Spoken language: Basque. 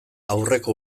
aurreko